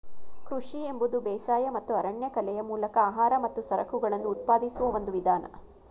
ಕೃಷಿ ಎಂಬುದು ಬೇಸಾಯ ಮತ್ತು ಅರಣ್ಯಕಲೆಯ ಮೂಲಕ ಆಹಾರ ಮತ್ತು ಸರಕುಗಳನ್ನು ಉತ್ಪಾದಿಸುವ ಒಂದು ವಿಧಾನ